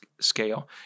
scale